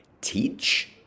teach